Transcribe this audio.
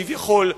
כביכול,